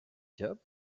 job